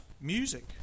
music